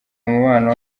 umubano